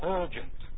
urgent